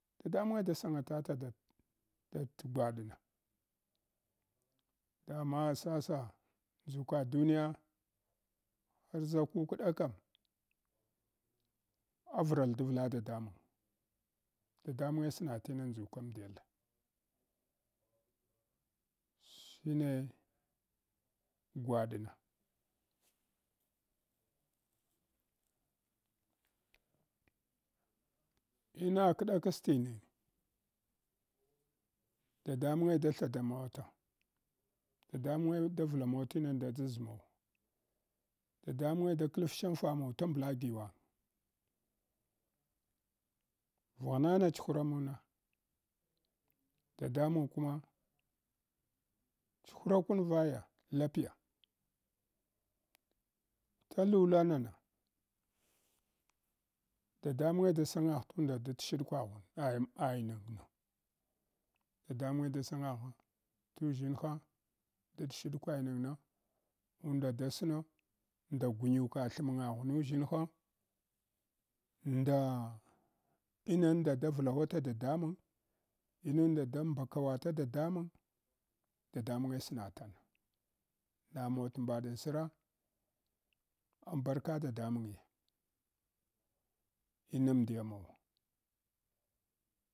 Dadamunge da sangadata dat datgwaɗna dama sasa nʒuka duniya harʒa kukɗa kam avral davla dadamung dadamunge sna tana ndʒukamdiyal shine gwadna. In kdakashine dadamung da thadamawata, dadamunge da vidamawa tinunda daʒmawa, dadamunge da kalaf sha fa mawa tambia giwang. Vaghnana churamana dadamung kuma chuhraka vinya lapiya talula nana dadamunge ɗa sangwagh tmda dat shiɗkwaghu cing ma, dadamunge d sangwagha tuzshinha dat shiɗkwa ynana unda da sina nda gunyuka thamnjashma uʒshinha nda unda da vulawata dadamung, inuda da mbakawata dadamung, dadamunge swata nawawa tambadn sra ambarka dadamungya inmdiya mawa.